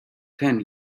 ten